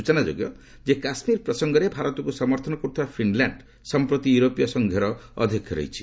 ସୂଚନାଯୋଗ୍ୟ କାଶ୍ମୀର ପ୍ରସଙ୍ଗରେ ଭାରତକୁ ସମର୍ଥନ କରୁଥିବା ଫିନ୍ଲାଣ୍ଡ ସଂପ୍ରତି ୟୁରୋପୀୟ ସଂଘର ଅଧ୍ୟକ୍ଷ ଅଛି